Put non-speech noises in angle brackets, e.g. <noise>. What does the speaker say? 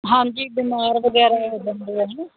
ਹਾਂਜੀ ਬਿਮਾਰ ਵਗੈਰਾ <unintelligible>